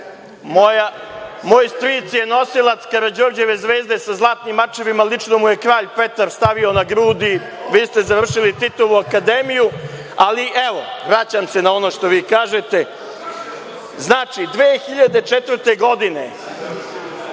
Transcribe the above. moj stric je nosilac Karađorđeve zvezde sa zlatnim mačevima, lično mu je Kralj Petar stavio na grudi, a vi ste završili Titovu akademiju, ali evo, vraćam se na ono što vi kažete. Znači, 2004. godine